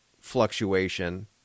fluctuation